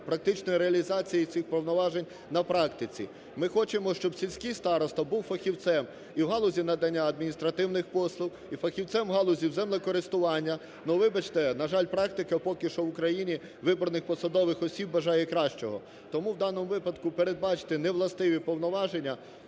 практичної реалізації цих повноважень на практиці. Ми хочемо, щоб сільський староста був фахівцем і в галузі надання адміністративних послуг, і в фахівцем в галузі землекористування. Но, вибачте, на жаль, практика поки що в Україні виборних посадових осіб бажає кращого. Тому в даному випадку передбачити невластиві повноваження,